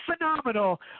phenomenal